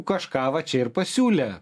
kažką va čia ir pasiūlė